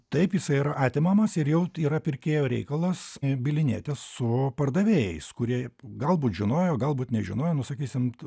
taip jisai yra atimamas ir jau yra pirkėjo reikalas bylinėtis su pardavėjais kurie galbūt žinojo galbūt nežinojo nu sakysim